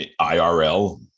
irl